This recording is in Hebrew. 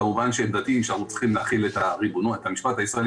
כמובן שעמדתי היא שאנחנו צריכים להחיל את המשפט הישראלי